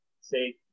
say